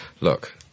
look